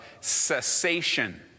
cessation